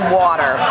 water